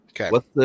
Okay